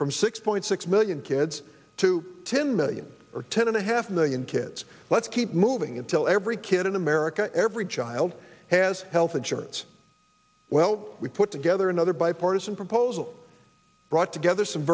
from six point six million kids to ten million or ten and a half million kids let's keep moving until every kid in america every child has health insurance well we put together another bipartisan proposal brought together some